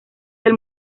del